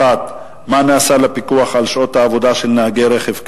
1. מה נעשה לפיקוח על שעות העבודה של נהגי רכב כבד?